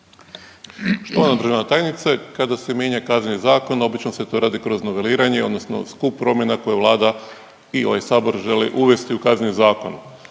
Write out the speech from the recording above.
Štovana državna tajnice, kada se mijenja Kazneni zakon, obično se to radi kroz noveliranje odnosno skup promjena koje Vlada i ovaj Sabor želi uvesti u Kazneni zakon.